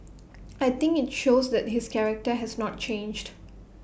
I think IT shows that his character has not changed